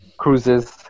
cruises